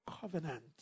covenant